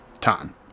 time